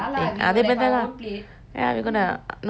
ya we going to no because சட்டி சோறு:satti sorru is bowl [what]